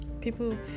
people